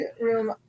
room